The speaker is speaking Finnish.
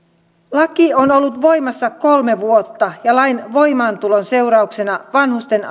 laki on ollut voimassa kolme vuotta ja lain voimaantulon seurauksena vanhusten